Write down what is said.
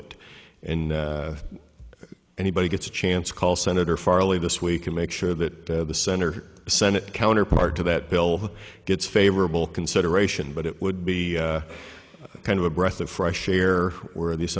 it and anybody gets a chance call senator farley this week to make sure that the senator senate counterpart to that bill gets favorable consideration but it would be kind of a breath of fresh air where the